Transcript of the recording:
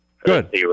Good